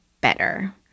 better